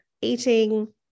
eating